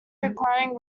requiring